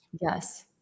Yes